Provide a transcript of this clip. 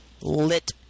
lit